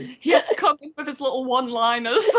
he has to come in with his little one liners.